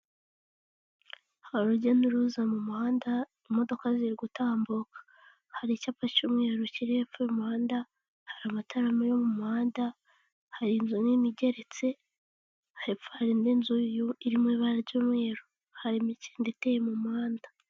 Urujya n'uruza mu muhanda imodoka ziri gutambuka hari icyapa cy'umweru kiri hepfo y'umuhanda hari amatara yo mu muhanda, hari inzu nini igeretse hepfo hari indi nzu irimo ibara ry'umweru hari imikindo iteye mu muhanda.